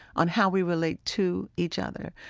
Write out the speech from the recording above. on how we relate to each other.